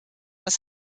was